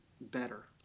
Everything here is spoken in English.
better